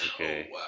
Okay